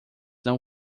não